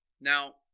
Now